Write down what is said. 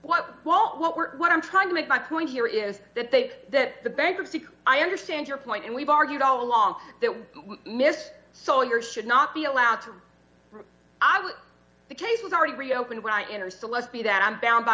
well what we're what i'm trying to make my point here is that they that the bankruptcy i understand your point and we've argued all along that miss so in your should not be allowed to i would the case is already reopened when i enter celeste be that i'm bound by